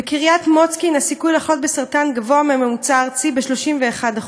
בקריית-מוצקין הסיכוי לחלות בסרטן גבוה מהממוצע הארצי ב-31%.